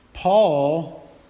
Paul